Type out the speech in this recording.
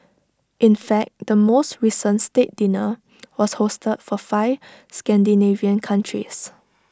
in fact the most recent state dinner was hosted for five Scandinavian countries